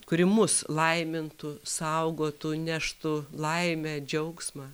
kuri mus laimintų saugotų neštų laimę džiaugsmą